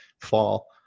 fall